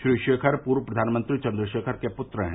श्री रोखर पूर्व प्रधानमंत्री चन्द्रशेखर के पूत्र है